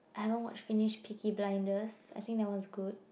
I haven't watch finish Peaky Blinders I think that one's good